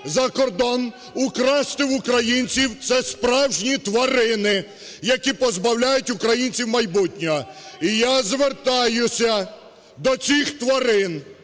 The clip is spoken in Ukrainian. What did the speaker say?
за кордон, украсти в українців. Це справжні тварини, які позбавляють українців майбутнього. І я звертаюся до цих тварин,